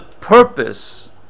purpose